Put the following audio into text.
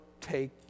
take